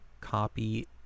Copy